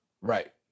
Right